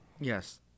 Yes